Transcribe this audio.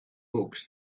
books